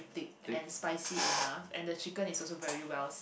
thick and spicy enough and the chicken is also very well